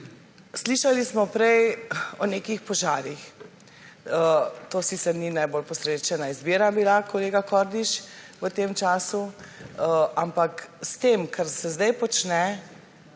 Slišali smo prej o nekih požarih. To sicer ni bila najbolj posrečena izbira, kolega Kordiš, v tem času, ampak s tem, kar se sedaj počne,